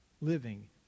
living